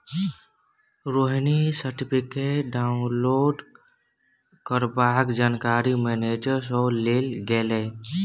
Rohini certificate download करबाक जानकारी manager सँ लेल गेलै